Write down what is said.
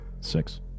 Six